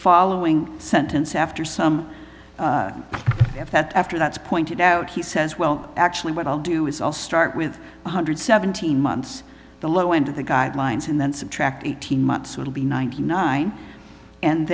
following sentence after some of that after that's pointed out he says well actually what i'll do is all start with one hundred seventeen months the low end of the guidelines and then subtract eighteen months will be ninety nine and